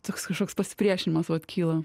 toks kažkoks pasipriešinimas vat kyla